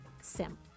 Sim